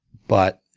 but